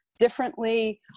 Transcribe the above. differently